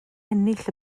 ennill